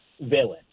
villain